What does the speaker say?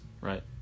right